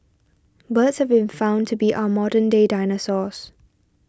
birds have been found to be our modern day dinosaurs